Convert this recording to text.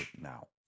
now